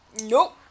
nope